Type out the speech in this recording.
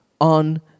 on